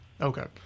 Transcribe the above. Okay